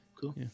cool